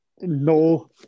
No